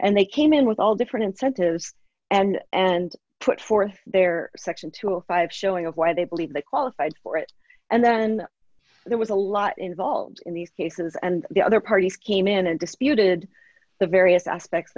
and they came in with all different incentives and and put forth their section to a five showing of why they believe they qualified for it and then there was a lot involved in these cases and the other parties came in and disputed the various aspects